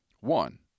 One